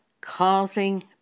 causing